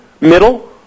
middle